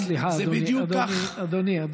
סליחה, אדוני.